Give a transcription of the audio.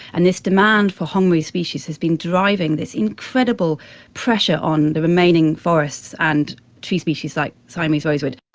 and this demand for hongmu species has been driving this incredible pressure on the remaining forests and tree species like siamese rosewood.